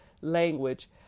language